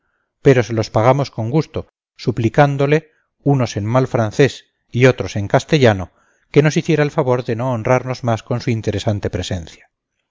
pero se los pagamos con gusto suplicándole unos en mal francés y otros en castellano que nos hiciera el favor de no honrarnos más con su interesante presencia